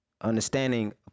understanding